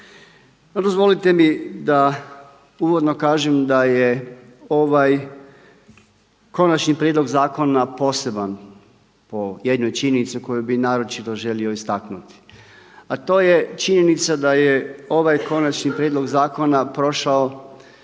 Dozvolite mi da uvodno kažem da je ovaj konačni prijedlog zakona poseban po jednoj činjenici koju bih naročito želio istaknuti, a to je činjenica da je ovaj konačni prijedlog zakona prošao